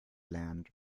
land